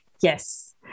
yes